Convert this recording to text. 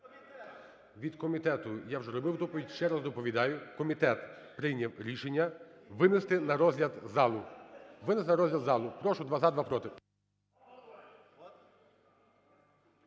Від комітету я вже робив доповідь. Ще раз доповідаю: комітет прийняв рішення винести на розгляд залу. винести на розгляд залу. Прошу: два – за, два – проти.